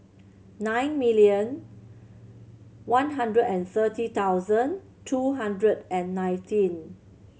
nine million one hundred and thirty thousand two hundred and nineteen